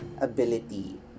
ability